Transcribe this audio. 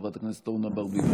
חברת הכנסת אורנה ברביבאי,